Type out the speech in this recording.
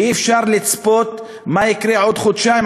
ואי-אפשר לצפות מה יקרה עוד חודשיים,